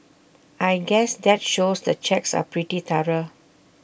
I guess that shows the checks are pretty thorough